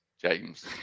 James